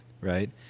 right